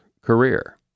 career